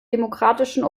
demokratischen